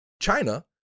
China